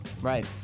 Right